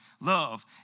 love